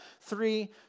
three